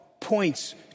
points